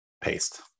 paste